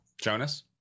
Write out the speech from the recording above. jonas